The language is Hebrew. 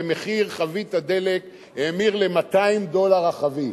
ומחיר חבית הדלק האמיר ל-200 דולר החבית,